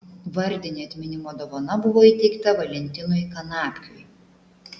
vardinė atminimo dovana buvo įteikta valentinui kanapkiui